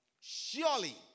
Surely